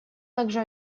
также